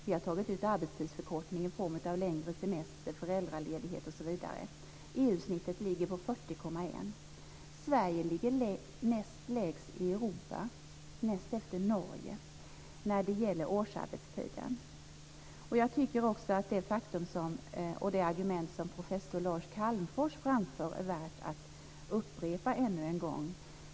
Vi har tagit ut arbetstidsförkortning i form av längre semester, föräldraledighet osv. EU-genomsnittet ligger på 40,1 timmar. Sverige ligger näst lägst i Europa, näst efter Norge, när det gäller årsarbetstiden. Jag tycker också att det faktum och det argument som professor Lars Calmfors framför är värt att upprepa ännu en gång.